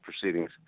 proceedings